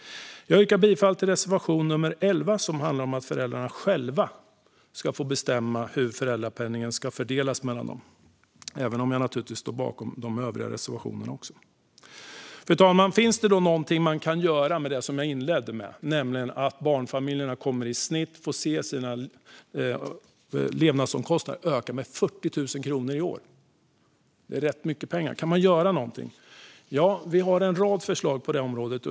Jag yrkar bifall till reservation nummer 11, som handlar om att föräldrarna själva ska få bestämma hur föräldrapenningen ska fördelas mellan dem, även om jag naturligtvis står bakom också de övriga reservationerna. Fru talman! Finns det då någonting som man kan göra när det gäller det jag inledde med att säga, nämligen att barnfamiljerna i snitt kommer att få se sina levnadsomkostnader öka med 40 000 kronor i år? Det är rätt mycket pengar. Kan man göra någonting? Vi har en rad förslag på det området.